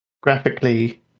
graphically